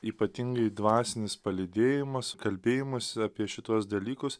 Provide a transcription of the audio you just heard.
ypatingai dvasinis palydėjimas kalbėjimosi apie šituos dalykus